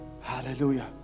hallelujah